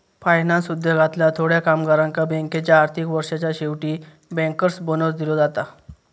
finance उद्योगातल्या थोड्या कामगारांका बँकेच्या आर्थिक वर्षाच्या शेवटी बँकर्स बोनस दिलो जाता